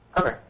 Okay